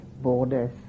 borders